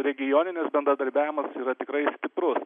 regioninis bendradarbiavimas yra tikrai stiprus